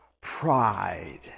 pride